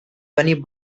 bunny